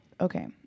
okay